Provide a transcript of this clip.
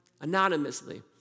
anonymously